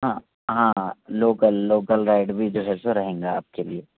ہاں ہاں local local ride بھی جو ہے سو رہیں گا آپ کے لیے